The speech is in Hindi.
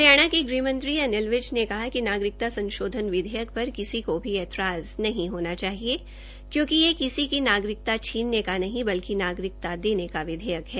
हरियाणा के गृहमंत्री अनिल विज ने कहा कि नागरिकता संशोधन कानून पर किसी को भी ऐतराज नहीं होना चाहिए क्योंकि ये किसी की नागरिकता छीनने का नहीं बल्कि नागरिकता देने का कानून है